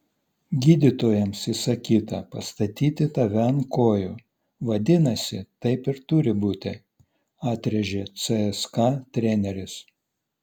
gydytojams įsakyta pastatyti tave ant kojų vadinasi taip ir turi būti atrėžė cska treneris